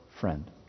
friend